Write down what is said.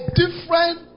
different